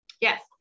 Yes